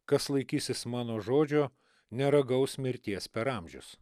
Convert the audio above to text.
kas laikysis mano žodžio neragaus mirties per amžius